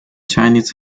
chinese